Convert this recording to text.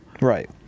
Right